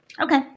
okay